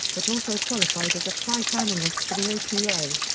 but also qualified as a price analyst for the opa.